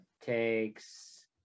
Takes